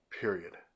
period